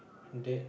date